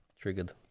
triggered